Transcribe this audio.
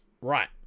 Right